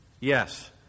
Yes